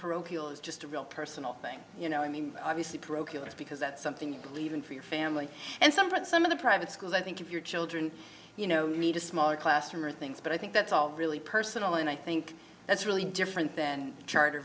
parochial is just a real personal thing you know i mean obviously parochial is because that's something you believe in for your family and some but some of the private schools i think if your children you know need a smaller classroom or things but i think that's all really personal and i think that's really different than charter